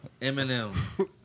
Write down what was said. Eminem